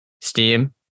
Steam